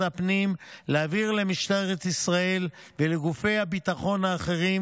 הפנים להעביר למשטרת ישראל ולגופי הביטחון האחרים,